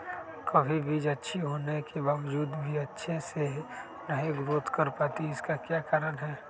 कभी बीज अच्छी होने के बावजूद भी अच्छे से नहीं ग्रोथ कर पाती इसका क्या कारण है?